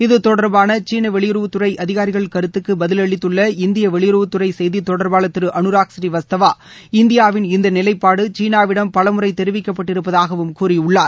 இத்தொடர்பாள சீன வெளியுறவுத்துறை அதிகாரிகள் கருத்துக்கு பதிலளித்துள்ள இந்திய வெளியுறவுத்துறை செய்தி தொடர்பாளர் திரு அனுராக் ப்ரீவஸ்தவா இந்தியாவின் இந்த நிலைபாடு சீனாவிடம் பல முறை தெரிவிக்கப்பட்டிருப்பதாக கூறியுள்ளார்